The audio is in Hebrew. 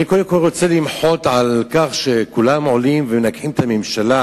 אני קודם כול רוצה למחות על כך שכולם עולים ומנגחים את הממשלה,